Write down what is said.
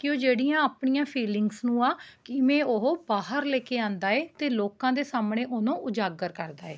ਕਿ ਉਹ ਜਿਹੜੀਆਂ ਆਪਣੀਆਂ ਫੀਲਿੰਗਜ਼ ਨੂੰ ਆ ਕਿਵੇਂ ਉਹ ਬਾਹਰ ਲੈ ਕੇ ਆਉਂਦਾ ਏ ਅਤੇ ਲੋਕਾਂ ਦੇ ਸਾਹਮਣੇ ਉਹਨੂੰ ਉਜਾਗਰ ਕਰਦਾ ਏ